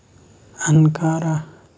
Ankara